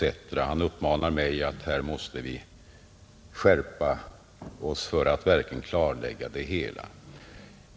Herr Carlshamre riktade t.ex. en uppmaning till mig att vi måste skärpa oss för att verkligen klarlägga det hela.